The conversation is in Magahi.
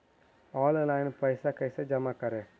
ऑनलाइन पैसा कैसे जमा करे?